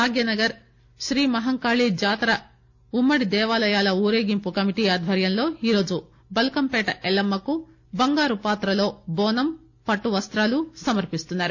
భాగ్యనగర్ శ్రీమహంకాళీ జాతర ఉమ్మడి దేవాలయాల ఊరేగింపు కమిటీ ఆధ్వర్యంలో ఈరోజు బల్కంపేట ఎల్లమ్మకు బంగారు పాత్రలో బోనం పట్టువస్తాలు సమర్పిస్తున్నారు